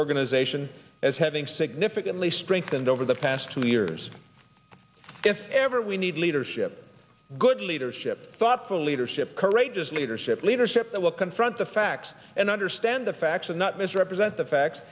organization as having significantly strengthened over the past two years if ever we need leadership good leadership thoughtful leadership courageous leadership leadership that will confront the facts and understand the facts and not misrepresent the fact